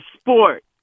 sport